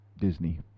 Disney